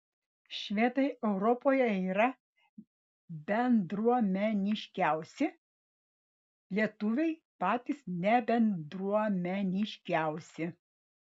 švedai europoje yra bendruomeniškiausi lietuviai patys nebendruomeniškiausi